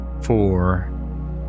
Four